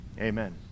amen